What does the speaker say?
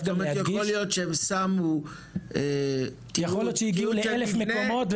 יכול להיות שהגיעו ל-1,000 מקומות,